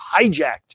hijacked